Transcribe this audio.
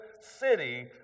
city